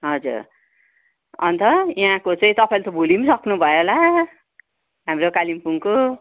हजुर अन्त यहाँको चाहिँ तपाईँले त भुली पनि सक्नु भयो होला हाम्रो कालेम्पोङको